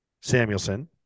Samuelson